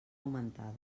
augmentada